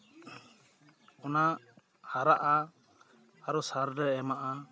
ᱚᱱᱟ ᱦᱟᱨᱟᱜᱼᱟ ᱟᱨᱚ ᱥᱟᱨᱞᱮ ᱮᱢᱟᱜᱼᱟ